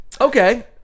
Okay